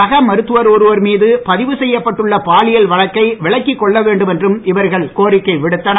சக மருத்துவர் ஒருவர் மீது பதிவு செய்யப்பட்டுள்ள பாலியல் வழக்கை விலக்கிக் கொள்ள வேண்டும் என்றும் இவர்கள் கோரிக்கை விடுத்தனர்